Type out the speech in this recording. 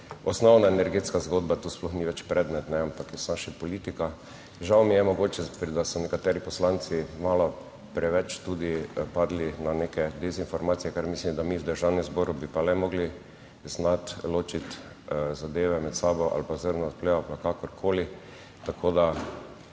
osnovna energetska zgodba, to sploh ni več predmet, ampak je samo še politika. Žal mi je mogoče, da so nekateri poslanci malo preveč tudi padli na neke dezinformacije, kar mislim, da mi v Državnem zboru bi pa le morali znati ločiti zadeve med sabo ali pa zrno od plev ali pa kakorkoli. Tako da